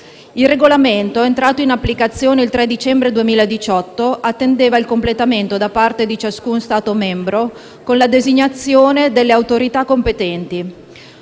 Il regolamento, entrato in vigore il 3 dicembre 2018, attendeva il completamento da parte ciascuno Stato membro con la designazione delle autorità competenti.